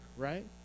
Right